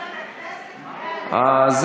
אולי היא לא סופרת את הכנסת,